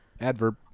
adverb